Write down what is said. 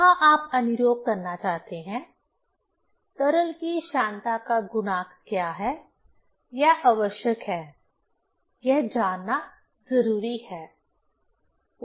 कहां आप अनुप्रयोग करना चाहते हैं तरल की श्यानता का गुणांक क्या है यह आवश्यक है यह जानना जरूरी है